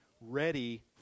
ready